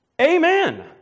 Amen